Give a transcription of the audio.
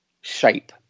shape